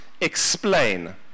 explain